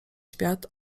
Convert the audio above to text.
świat